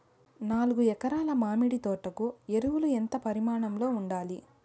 నాలుగు ఎకరా ల మామిడి తోట కు ఎరువులు ఎంత పరిమాణం లో ఉండాలి?